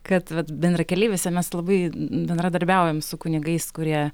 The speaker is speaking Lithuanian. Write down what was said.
kad vat bendrakeleiviuose mes labai bendradarbiaujam su kunigais kurie